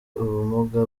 ubumuga